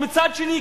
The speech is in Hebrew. ומצד שני,